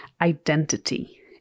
identity